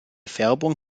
färbung